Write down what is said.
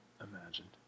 imagined